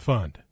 Fund